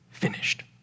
finished